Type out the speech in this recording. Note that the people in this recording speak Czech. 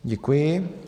Děkuji.